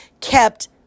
kept